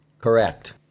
Correct